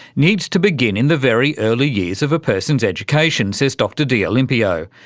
needs to begin in the very early years of a person's education, says dr d'olimpio.